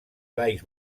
laics